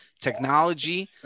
Technology